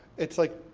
it's like,